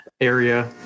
area